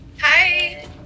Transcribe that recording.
Hi